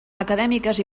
acadèmiques